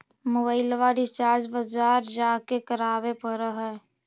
मोबाइलवा रिचार्ज बजार जा के करावे पर है?